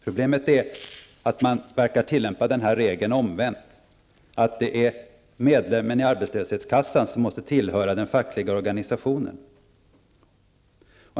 Problemet är att regeln verkar tillämpas omvänt. Det är medlemmen i arbetslöshetskassan som måste tillhöra den fackliga organisationen.